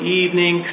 evening